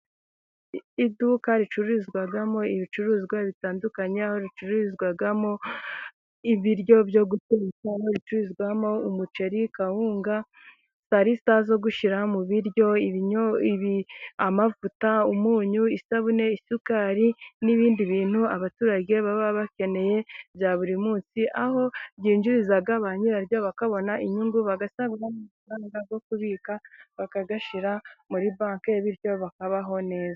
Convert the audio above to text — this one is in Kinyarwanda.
Iduka ricururizwamo ibicuruzwa bitandukanye aho ricuruzwamo ibiryo: umuceri, kawunga, zarisa zo gushyira mu biryo, amavuta, umunyu, isabune, isukari n'ibindi bintu abaturage baba bakeneye bya buri munsi aho byinjiriza ba nyiraryo bakabona inyungu bagagura n'izo kubika bakayashira muri banki bityo bakabaho neza.